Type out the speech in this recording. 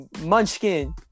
Munchkin